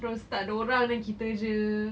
terus tak ada orang then kita jer